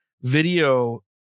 video